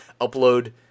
upload